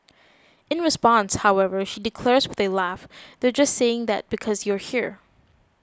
in response however she declares with a laugh they're just saying that because you're here